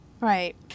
Right